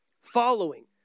following